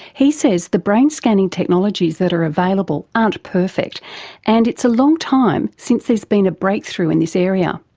he says the brain scanning technologies that are available aren't perfect and it's a long time since there's been a breakthrough in this area.